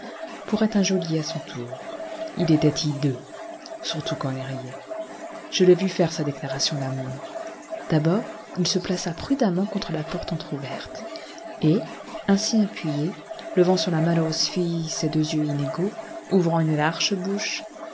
pour être un geôlier à son tour il était hideux surtout quand il riait je l'ai vu faire sa déclaration d'amour d'abord il se plaça prudemment contre la porte entr'ouverte et ainsi appuyé levant sur la malheureuse fille ses deux yeux inégaux ouvrant une large bouche